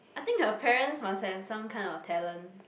I think her parents must have some kind of talent